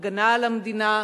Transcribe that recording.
הגנה על המדינה,